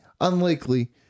unlikely